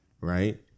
right